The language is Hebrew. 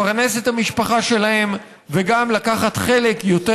לפרנס את המשפחה שלהן וגם לקחת חלק יותר